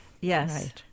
Yes